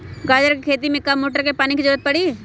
गाजर के खेती में का मोटर के पानी के ज़रूरत परी?